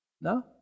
No